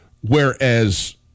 whereas